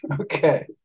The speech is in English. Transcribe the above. Okay